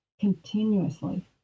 continuously